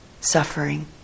Suffering